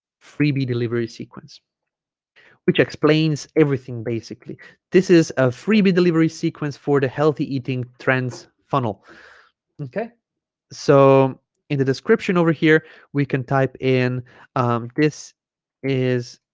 freebie delivery sequence which explains everything basically this is a freebie delivery sequence for the healthy eating trends funnel okay so in the description over here we can type in this is